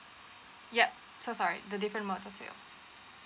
yup so sorry the different B_T_O